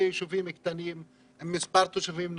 ישובים קטנים עם מספר תושבים נמוך.